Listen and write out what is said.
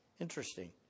Interesting